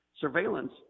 Surveillance